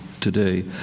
today